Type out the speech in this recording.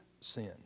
sin